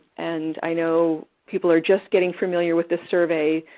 and i know people are just getting familiar with the survey.